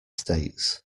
states